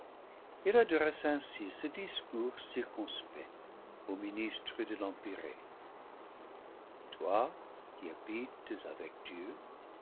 il adresse ainsi ce discours circonspect au ministre de l'empyrée toi qui habites avec dieu